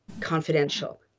confidential